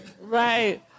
Right